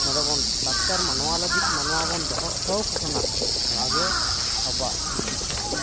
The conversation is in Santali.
ᱱᱚᱸᱰᱮᱵᱚᱱ ᱞᱟᱠᱪᱟᱨ ᱢᱟ ᱱᱚᱣᱟ ᱞᱟᱹᱜᱤᱫ ᱢᱟᱱᱣᱟ ᱵᱚᱱ ᱫᱚᱦᱚ ᱦᱚᱴᱚ ᱟᱠᱚ ᱠᱟᱱᱟ ᱱᱚᱣᱟᱜᱮ ᱟᱵᱚᱣᱟᱜ ᱥᱨᱤᱛᱤ ᱥᱚᱨᱚᱱ ᱫᱚ